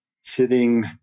sitting